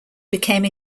became